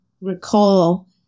recall